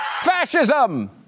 Fascism